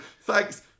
thanks